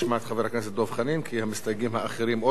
כי המסתייגים האחרים או לא יכולים לדבר או לא נמצאים.